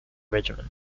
regiment